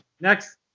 next